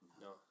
No